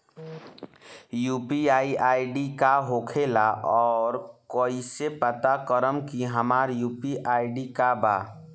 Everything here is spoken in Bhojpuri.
यू.पी.आई आई.डी का होखेला और कईसे पता करम की हमार यू.पी.आई आई.डी का बा?